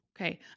Okay